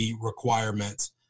requirements –